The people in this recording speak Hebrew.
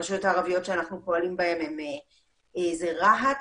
הרשויות הערביות שאנחנו פועלים בהן זה רהט,